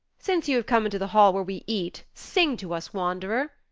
since you have come into the hall where we eat, sing to us, wanderer,